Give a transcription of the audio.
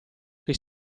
che